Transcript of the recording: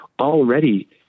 already